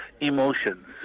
emotions